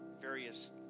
various